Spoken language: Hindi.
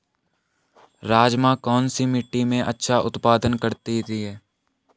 राजमा कौन सी मिट्टी में अच्छा उत्पादन देता है?